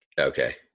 Okay